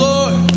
Lord